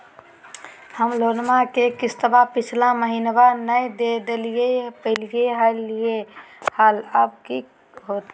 हम लोन के किस्तवा पिछला महिनवा नई दे दे पई लिए लिए हल, अब की होतई?